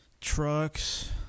Trucks